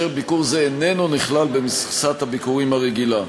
וביקור זה לא נכלל במכסת הביקורים הרגילה.